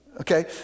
okay